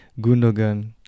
Gundogan